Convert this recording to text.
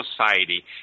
society